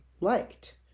liked